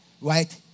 right